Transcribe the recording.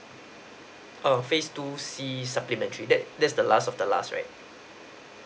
err phase two C supplementary that that's the last of the last right